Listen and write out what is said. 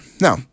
Now